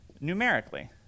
numerically